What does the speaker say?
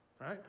right